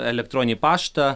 elektroninį paštą